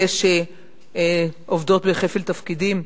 אלה שעובדות בכפל תפקידים,